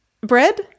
bread